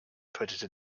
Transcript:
predator